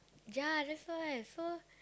ya that's why so